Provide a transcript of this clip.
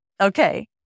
Okay